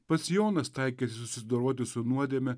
pats jonas taikėsi susidoroti su nuodėme